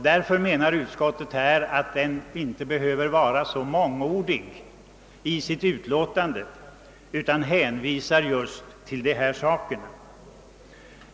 Därför har utskottet menat att vi inte behövde vara så mångordiga i utlåtandet utan kunde hänvisa just till dessa saker.